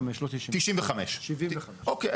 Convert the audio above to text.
75% לא 95%. 95%. 75%. אוקיי,